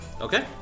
okay